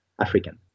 African